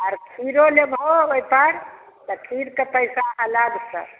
आओर खीरो लेबहो ओहि पर तऽ खीरके पइसा अलगसँ